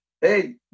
Hey